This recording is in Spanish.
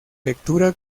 lectura